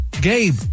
Gabe